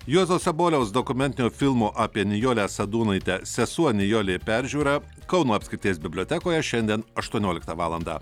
juozo saboliaus dokumentinio filmo apie nijolę sadūnaitę sesuo nijolė peržiūra kauno apskrities bibliotekoje šiandien aštuonioliktą valandą